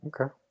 Okay